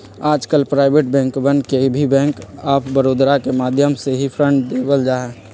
आजकल प्राइवेट बैंकवन के भी बैंक आफ बडौदा के माध्यम से ही फंड देवल जाहई